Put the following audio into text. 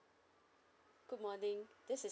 good morning this is